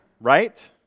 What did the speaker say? Right